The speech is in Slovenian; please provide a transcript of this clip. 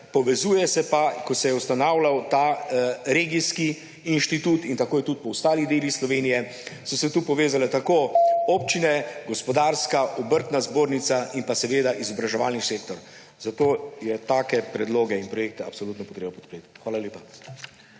Povezujejo pa se, ko se je ustanavljal ta regijski inštitut, in tako je tudi po ostalih delih Slovenije, tako občine, gospodarska, obrtna zbornica in izobraževalni sektor. Zato je take predloge in projekte absolutno treba podpreti. Hvala lepa.